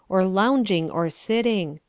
or lounging, or sitting.